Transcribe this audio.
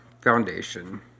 Foundation